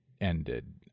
ended